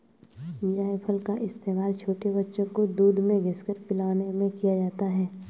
जायफल का इस्तेमाल छोटे बच्चों को दूध में घिस कर पिलाने में किया जाता है